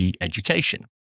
education